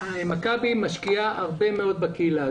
מכבי משקיעה הרבה מאוד בקהילה.